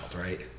right